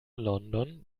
london